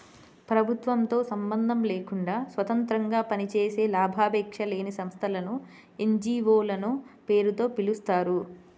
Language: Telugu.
ప్రభుత్వంతో సంబంధం లేకుండా స్వతంత్రంగా పనిచేసే లాభాపేక్ష లేని సంస్థలను ఎన్.జీ.వో లనే పేరుతో పిలుస్తారు